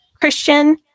Christian